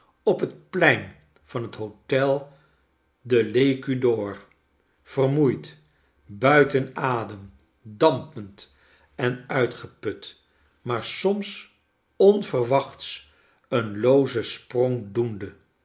op het plein van het hotel de l'ecu d'or vermoeid buiten adem dampend en uitgeput maar soms onverwschts een loozen sprong doende